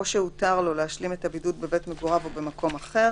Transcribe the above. או שהותר לו להשלים את הבידוד בבית מגוריו או במקום אחר